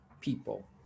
people